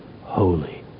holy